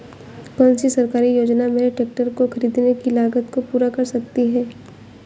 कौन सी सरकारी योजना मेरे ट्रैक्टर को ख़रीदने की लागत को पूरा कर सकती है?